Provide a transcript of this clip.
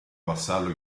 vassallo